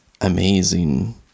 amazing